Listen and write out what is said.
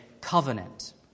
covenant